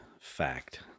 fact